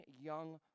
young